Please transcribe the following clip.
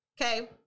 okay